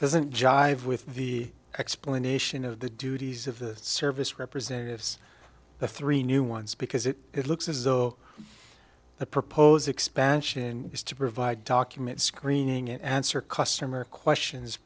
doesn't jive with the explanation of the duties of the service representatives the three new ones because it looks as though the propose expansion is to provide documents screening answer customer questions